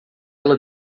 ela